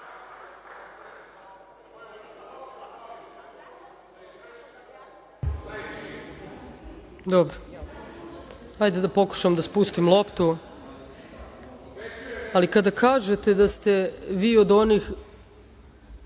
Dobro. Hajde da pokušam da spustim loptu. Ali, kada kažete da ste vi od onih